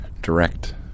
direct